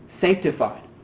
sanctified